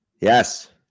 yes